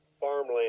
farmland